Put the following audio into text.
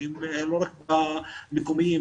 לא רק המקומיים,